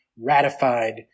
ratified